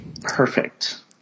perfect